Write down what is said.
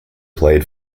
played